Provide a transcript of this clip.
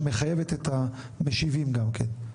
שמחייבת את המשיבים גם כן.